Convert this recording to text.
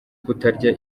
kutarya